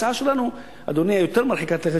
ההצעה שלנו יותר מרחיקת לכת,